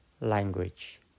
language